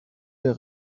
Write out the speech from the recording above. der